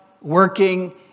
working